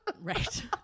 Right